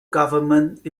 government